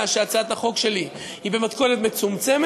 לכך שהצעת החוק שלי היא במתכונת מצומצמת